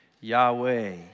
Yahweh